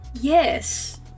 Yes